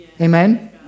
Amen